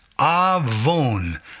avon